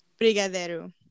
Brigadero